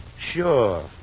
Sure